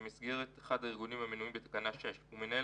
מערכה במסגרת אחד הארגונים המנויים בתקנה 6 ומנהל